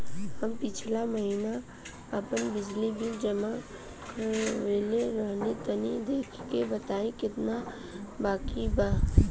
हम पिछला महीना आपन बिजली बिल जमा करवले रनि तनि देखऽ के बताईं केतना बाकि बा?